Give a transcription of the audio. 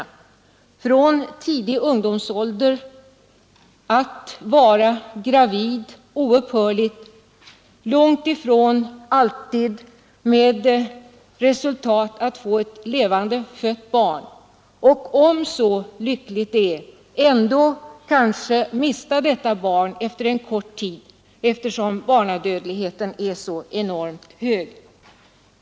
Nu är det i många fall så att kvinnan från tidig ungdomsålder oupphörligt är gravid. Resultatet blir långt ifrån alltid att hon föder levande barn. Och är det ändå så lyckligt att barnet lever vid födseln mister hon det kanske efter en kort tid, då ju barnadödligheten är enormt hög.